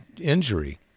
injury